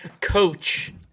Coach